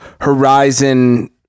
Horizon